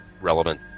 relevant